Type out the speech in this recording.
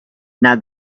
now